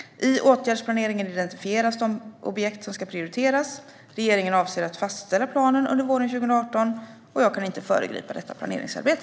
I åtgärdsplaneringen identifieras de objekt som ska prioriteras. Regeringen avser att fastställa planen under våren 2018. Jag kan inte föregripa detta planeringsarbete.